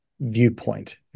viewpoint